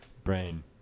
brain